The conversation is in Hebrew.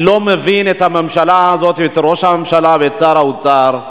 אני לא מבין את הממשלה הזאת ואת ראש הממשלה ואת שר האוצר,